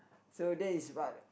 so that is what